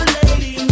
lady